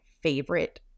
favorite